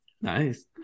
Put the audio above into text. Nice